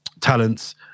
Talents